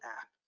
app